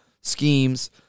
schemes